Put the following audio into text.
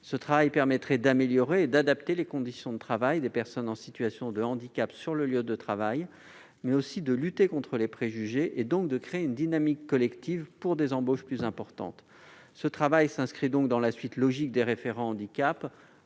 implication permettrait d'améliorer et d'adapter les conditions de travail des personnes en situation de handicap sur le lieu de travail, mais aussi de lutter contre les préjugés et donc de créer une dynamique collective pour des embauches plus importantes. Cet amendement s'inscrit donc dans la suite logique de la création des référents handicap.